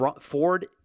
Ford